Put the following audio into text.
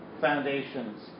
foundations